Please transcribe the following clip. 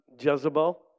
Jezebel